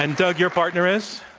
and doug, your partner is?